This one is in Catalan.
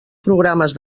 programes